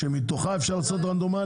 שמתוכה אפשר לבחור רנדומלית?